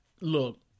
Look